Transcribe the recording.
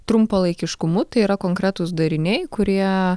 trumpalaikiškumu tai yra konkretūs dariniai kurie